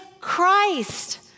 Christ